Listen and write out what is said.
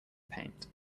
paint